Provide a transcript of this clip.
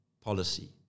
policy